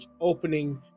opening